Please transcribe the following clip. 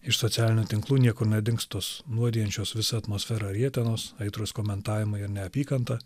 iš socialinių tinklų niekur nedings tos nuodijančios visą atmosferą rietenos aitrūs komentavimai ir neapykanta